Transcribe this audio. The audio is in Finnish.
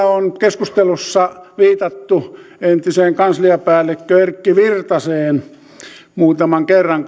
on keskustelussa viitattu entiseen kansliapäällikkö erkki virtaseen muutaman kerran